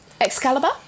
Excalibur